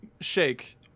shake